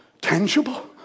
tangible